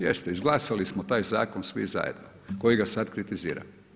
Jeste izglasali smo taj zakon svi zajedno kojega sad kritizira.